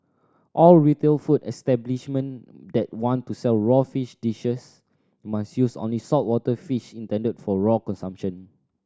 all retail food establishment that want to sell raw fish dishes must use only saltwater fish intended for raw consumption